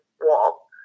wall